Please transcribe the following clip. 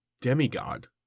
demigod